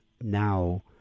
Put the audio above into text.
now